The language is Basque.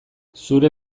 zure